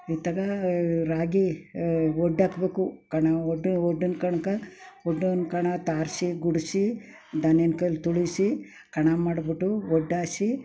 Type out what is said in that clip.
ಇತ್ತಾಗ ರಾಗಿ ಒಡ್ದು ಹಾಕಬೇಕು ಕಣೋ ವಡ್ಡ ವಡ್ಡನ ಕಣ್ಗೆ ವಡ್ಡನ ಕಣ ತಾರಿಸಿ ಗುಡಸಿ ದನದ ಕೈಲಿ ತುಳಿಸಿ ಕಣ ಮಾಡಿಬಿಟ್ಟು ಒಡ್ಡು ಹಾಸಿ